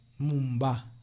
Mumba